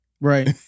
right